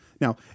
Now